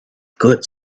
good